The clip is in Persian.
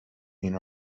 این